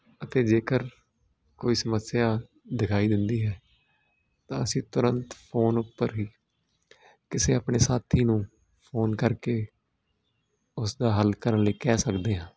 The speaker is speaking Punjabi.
ਅਤੇ ਜੇਕਰ ਕੋਈ ਸਮੱਸਿਆ ਦਿਖਾਈ ਦਿੰਦੀ ਹੈ ਤਾਂ ਅਸੀਂ ਤੁਰੰਤ ਫੋਨ ਉੱਪਰ ਹੀ ਕਿਸੇ ਆਪਣੇ ਸਾਥੀ ਨੂੰ ਫੋਨ ਕਰਕੇ ਉਸਦਾ ਹੱਲ ਕਰਨ ਲਈ ਕਹਿ ਸਕਦੇ ਹਾਂ